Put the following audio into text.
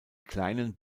kleinen